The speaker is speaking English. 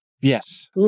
Yes